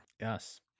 yes